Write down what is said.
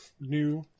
new